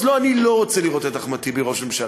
אז לא, אני לא רוצה לראות את אחמד טיבי ראש ממשלה.